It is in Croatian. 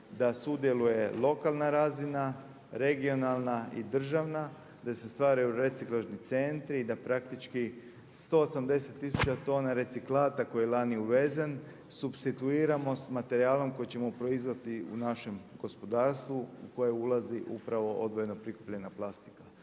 da sudjeluje lokalna razina, regionalna i državna, da se stvaraju reciklažni centri i da praktički 180 tisuća tona reciklata koje je lani uvezen supstituiramo s materijalom koji ćemo proizvesti u našem gospodarstvu u koje ulazi upravo odvojeno prikupljena plastika.